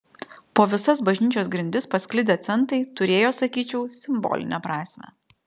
po visas bažnyčios grindis pasklidę centai turėjo sakyčiau simbolinę prasmę